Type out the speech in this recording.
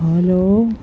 hello